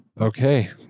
Okay